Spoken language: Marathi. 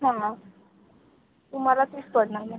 हां तुम्हाला तेच पडणार ना